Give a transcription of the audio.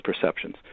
perceptions